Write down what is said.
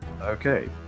okay